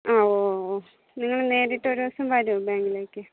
ആ ഓ ഓ ഓ നിങ്ങൾ നേരിട്ടൊരു ദിവസം വരൂ ബാങ്കിലേക്ക്